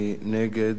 מי נגד?